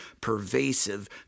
pervasive